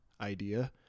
idea